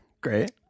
Great